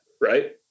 Right